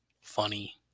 Funny